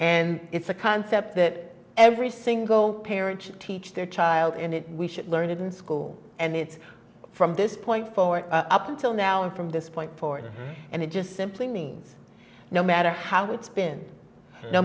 and it's a concept that every single parent should teach their child and it we should learn it in school and it's from this point forward up until now and from this point forward and it just simply means no matter how it's been no